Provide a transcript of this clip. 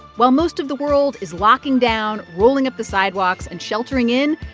while most of the world is locking down, rolling up the sidewalks and sheltering in,